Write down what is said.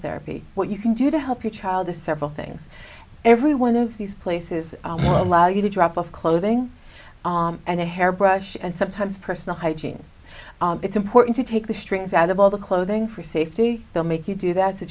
therapy what you can do to help your child is several things every one of these places you drop of clothing and a hairbrush and sometimes personal hygiene it's important to take the strings out of all the clothing for safety they'll make you do that to